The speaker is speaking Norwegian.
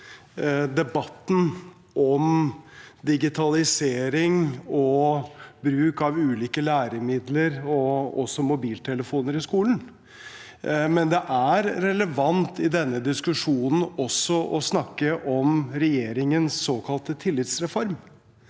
debatten om digitalisering og bruk av ulike læremidler, også mobiltelefoner, i skolen, men det er relevant i denne diskusjonen også å snakke om regjeringens såkalte tillitsreform.